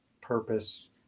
purpose